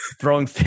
throwing